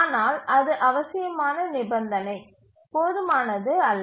ஆனால் அது அவசியமான நிபந்தனை போதுமானது இல்லை